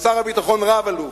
ושר הביטחון רב-אלוף,